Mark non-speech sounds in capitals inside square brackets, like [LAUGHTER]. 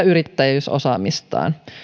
[UNINTELLIGIBLE] yrittäjyysosaamistaan